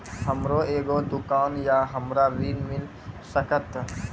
हमर एगो दुकान या हमरा ऋण मिल सकत?